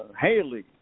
Haley